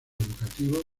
educativos